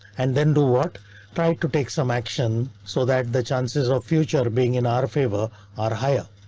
and then do what tried to take some action so that the chances of future being in our favor are higher.